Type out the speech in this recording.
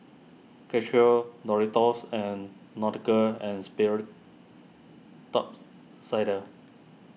Karcher Doritos and Nautica and Sperry Tops Sider